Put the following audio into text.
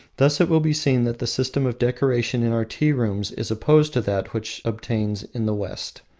thus it will be seen that the system of decoration in our tea-rooms is opposed to that which obtains in the west,